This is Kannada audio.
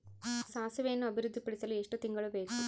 ಸಾಸಿವೆಯನ್ನು ಅಭಿವೃದ್ಧಿಪಡಿಸಲು ಎಷ್ಟು ತಿಂಗಳು ಬೇಕು?